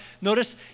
Notice